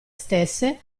stesse